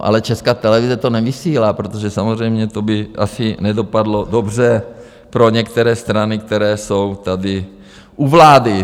Ale Česká televize to nevysílá, protože samozřejmě to by asi nedopadlo dobře pro některé strany, které jsou tady u vlády.